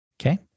Okay